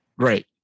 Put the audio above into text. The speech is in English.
great